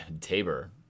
Tabor